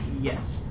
Yes